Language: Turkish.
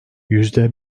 yüzde